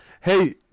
hey